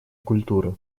культуры